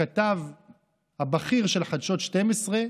הכתב הבכיר של חדשות 12,